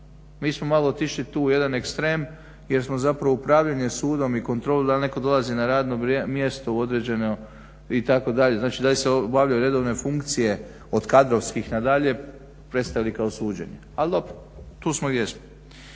Mi smo malo otišli tu u jedan ekstrem jer smo zapravo upravljanje sudom i kontrolu da li netko dolazi na radno mjesto u određeno itd., znači da li se obavljaju redovne funkcije od kadrovskih nadalje, …, ali dobro, tu smo gdje smo.